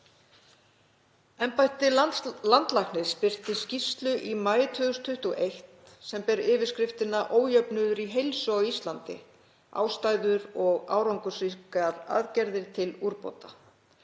Embætti landlæknis birti skýrslu í maí 2021 sem ber yfirskriftina Ójöfnuður í heilsu á Íslandi. Ástæður og árangursríkar aðgerðir til úrbóta.